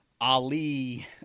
Ali